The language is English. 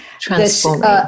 Transforming